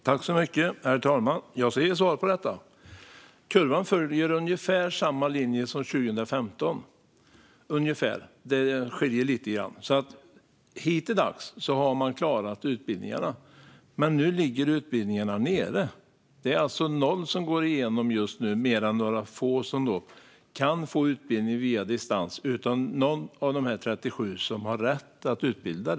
Herr talman! Jag ska svara på detta. Kurvan följer ungefär samma linje som 2015. Det skiljer lite grann. Hittills har man klarat utbildningarna, men nu ligger de nere. Det är noll som går igenom just nu, förutom några få som kan få utbildning på distans av någon av de 37 som har rätt att utbilda.